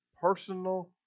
personal